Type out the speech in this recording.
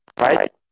Right